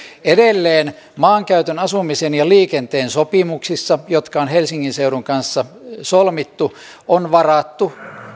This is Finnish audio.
edelleen maankäytön asumisen ja liikenteen sopimuksissa jotka on helsingin seudun kanssa solmittu on varattu